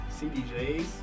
CDJs